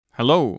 Hello